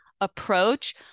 approach